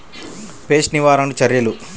Pest నివారణకు చర్యలు?